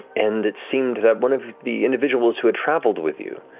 and it seemed that one of the individuals who had traveled with you,